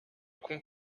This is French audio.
con